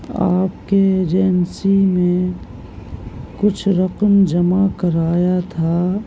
آپ کے ایجنسی میں کچھ رقم جمع کرایا تھا